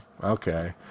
Okay